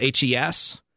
HES